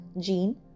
Jean